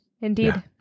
Indeed